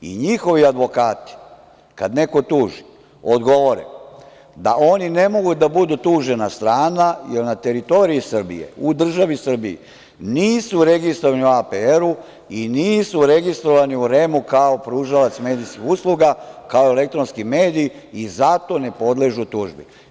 Njihovi advokati, kad neko tuži, odgovore da oni ne mogu da budu tužena strana jer na teritoriji Srbije, u državi Srbiji nisu registrovani u APR i nisu registrovani u REM-u, kao pružalac elektronskih usluga, kao elektronski mediji, i zato ne podležu tužbi.